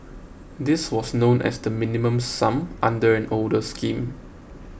this was known as the Minimum Sum under an older scheme